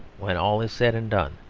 when all is said and done,